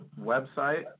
website